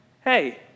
Hey